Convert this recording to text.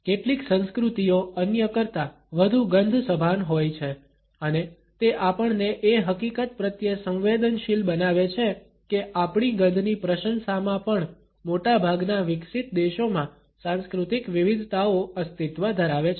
કેટલીક સંસ્કૃતિઓ અન્ય કરતાં વધુ ગંધ સભાન હોય છે અને તે આપણને એ હકીકત પ્રત્યે સંવેદનશીલ બનાવે છે કે આપણી ગંધની પ્રશંસામાં પણ મોટાભાગના વિકસિત દેશોમાં સાંસ્કૃતિક વિવિધતાઓ અસ્તિત્વ ધરાવે છે